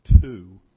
two